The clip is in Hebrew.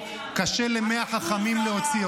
זו הייתה